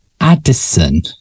Addison